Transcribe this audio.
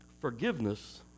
Forgiveness